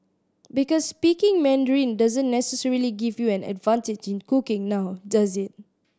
because speaking Mandarin doesn't necessarily give you an advantage in cooking now does it